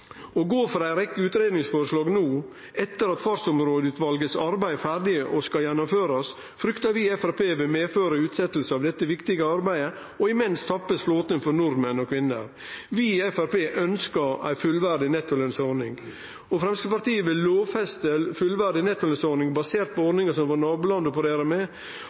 Å gå for ei rekkje utgreiingsforslag no, etter at Fartsområdeutvalets arbeid er ferdig og skal gjennomførast, fryktar vi i Framstegspartiet vil medføre utsetjing av dette viktige arbeidet, og imens blir flåten tappa for nordmenn og -kvinner. Vi i Framstegspartiet ønskjer ei fullverdig nettolønsordning. Framstegspartiet vil lovfeste fullverdig nettolønsordning basert på ordningar nabolanda våre opererer med – eksempelvis, som